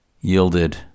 yielded